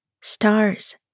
stars